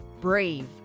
Brave